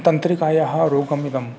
तन्त्रिकायाः रोगम् इदम्